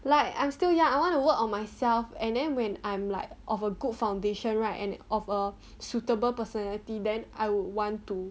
like I'm still young I want to work on myself and then when I'm like of a good foundation right and of a suitable personality then I would want to